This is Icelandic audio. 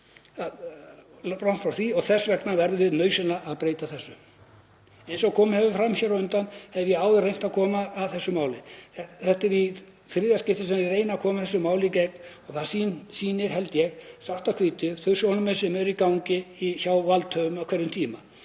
þess vegna verðum við nauðsynlega að breyta þessu. Eins og komið hefur fram hér á undan hef ég áður reynt að koma þessu máli að. Þetta er í þriðja skipti sem ég reyni að koma þessu máli í gegn og það sýnir, held ég, svart á hvítu þau sjónarmið sem eru í gangi hjá valdhöfum á hverjum tíma.